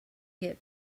get